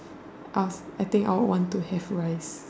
of I think I would want to have rice